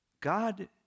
God